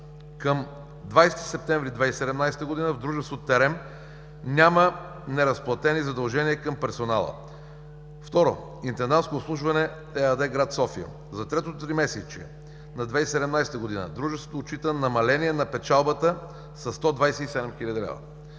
Към 20 септември 2017 г. дружество „Терем“ няма неразплатени задължения към персонала. Второ, „Интендантско обслужване“ ЕАД – град София. За третото тримесечие на 2017 г. дружеството отчита намаление на печалбата със 127 хил. лв.